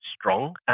strong